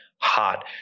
hot